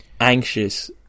anxious